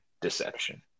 deception